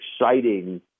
exciting